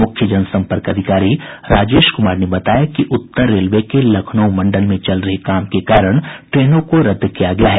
मुख्य जनसंपर्क अधिकारी राजेश कुमार ने बताया कि उत्तर रेलवे के लखनऊ मंडल में चल रहे काम के कारण ट्रेनों को रद्द किया गया है